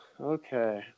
okay